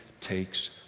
takes